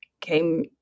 came